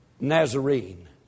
Nazarene